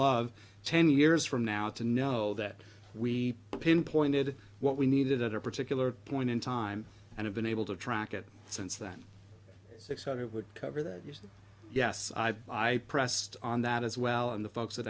love ten years from now to know that we pinpointed what we needed at a particular point in time and have been able to track it since then six hundred would cover that you said yes i've i pressed on that as well and the folks that